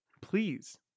Please